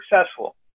successful